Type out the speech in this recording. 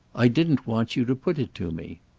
i didn't want you to put it to me.